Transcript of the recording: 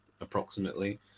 approximately